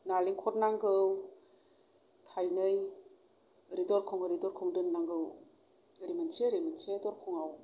नारिखल नांगौ थायनै ओरै दरखं ओरै दरखं दोननांगौ ओरै मोनसे ओरै मोनसे दरखंआव